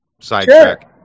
sidetrack